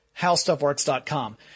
HowStuffWorks.com